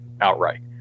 outright